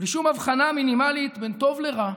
ושום הבחנה מינימלית בין טוב לרע,